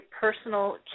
personal